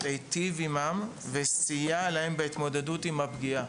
היטיב עימם וסייע להם בהתמודדות עם הפגיעה.